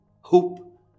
hope